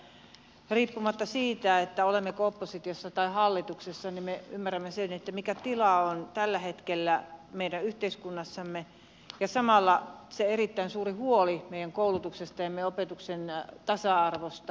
elikkä riippumatta siitä olemmeko oppositiossa vai hallituksessa me ymmärrämme sen mikä tila on tällä hetkellä meidän yhteiskunnassamme ja samalla on erittäin suuri huoli meidän koulutuksesta ja meidän opetuksen tasa arvosta